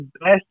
best